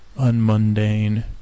unmundane